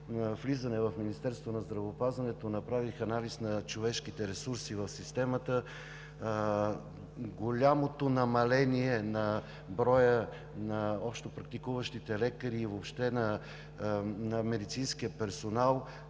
влизане в Министерството на здравеопазването направих анализ на човешките ресурси в системата. За съжаление, голямо намаление на броя на общопрактикуващите лекари, въобще на медицинския персонал